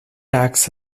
acts